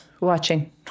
watching